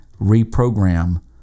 reprogram